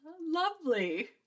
Lovely